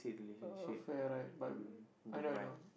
affair right but I know I know